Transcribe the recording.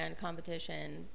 competition